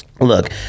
Look